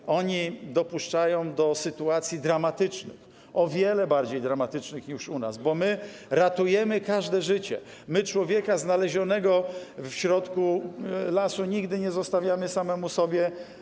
Jej funkcjonariusze dopuszczają do sytuacji dramatycznych, o wiele bardziej dramatycznych niż u nas, bo my ratujemy każde życie, my człowieka znalezionego w środku lasu nigdy nie zostawiamy samemu sobie.